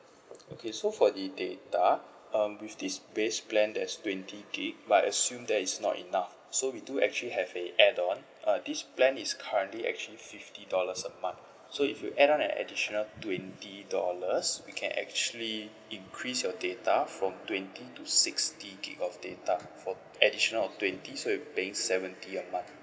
okay so for the data um with this base plan there'S twenty gig but I assume that is not enough so we do actually have a add on uh this plan is currently actually fifty dollars a month so if you add on an additional twenty dollars we can actually increase your data from twenty to sixty gig of data for additional of twenty so you'll be paying seventy a month